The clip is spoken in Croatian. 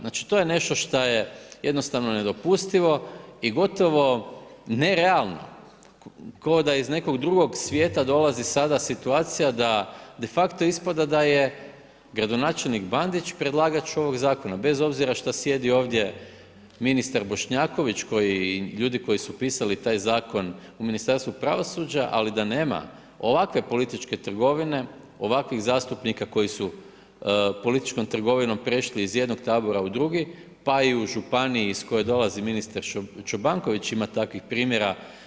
Znači to je nešto šta je jednostavno nedopustivo i gotovo nerealno, kao da je iz nekog drugog svijeta dolazi sada situacija da de facto ispada da je gradonačelnik Bandić predlagač ovog zakona, bez obzira što sjedi ovdje ministar Bošnjaković, ljudi koji su pisali taj zakon u Ministarstvu pravosuđa, ali da nema ovakve političke trgovine, ovakvih zastupnika koji su političkom trgovinom prešli iz jednog tabora u drugi, pa i u županiji, iz koje dolazi ministar Čobanković ima takvih primjera.